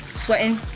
sweating,